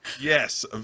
yes